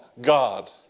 God